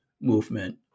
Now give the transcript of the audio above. movement